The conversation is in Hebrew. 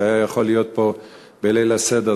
שהיה יכול להיות פה בליל הסדר,